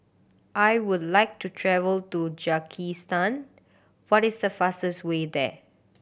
I would like to travel to Tajikistan what is the fastest way there